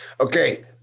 okay